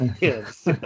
yes